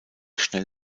schnell